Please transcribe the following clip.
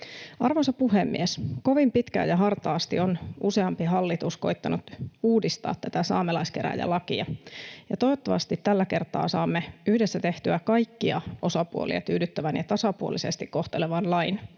Arvoisa puhemies! Kovin pitkään ja hartaasti on useampi hallitus koettanut uudistaa tätä saamelaiskäräjälakia, ja toivottavasti tällä kertaa saamme yhdessä tehtyä kaikkia osapuolia tyydyttävän ja tasapuolisesti kohtelevan lain.